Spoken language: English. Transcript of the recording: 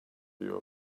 your